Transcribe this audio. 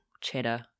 cheddar